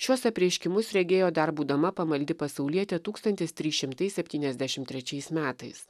šiuos apreiškimus regėjo dar būdama pamaldi pasaulietė tūkstantis trys šimtai septyniasdešim trečiais metais